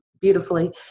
beautifully